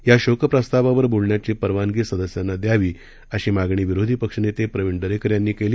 या शोकप्रस्तावावर बोलण्याची परवानगी सदस्यांना द्यावी अशी मागणी विरोधी पक्षनेते प्रवीण दरेकर यांनी केली